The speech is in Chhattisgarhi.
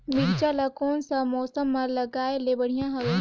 मिरचा ला कोन सा मौसम मां लगाय ले बढ़िया हवे